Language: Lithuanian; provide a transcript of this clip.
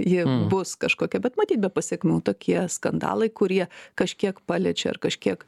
ji bus kažkokia bet matyt be pasekmių tokie skandalai kurie kažkiek paliečia ir kažkiek